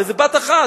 על איזה בת אחת,